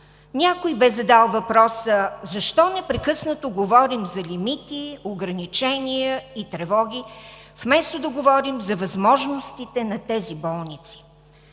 Някой бе задал въпроса: защо непрекъснато говорим за лимити, ограничения и тревоги вместо да говорим за възможностите на тези болници?